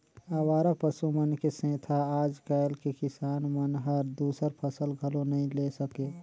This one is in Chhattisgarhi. अवारा पसु मन के सेंथा आज कायल के किसान मन हर दूसर फसल घलो नई ले सके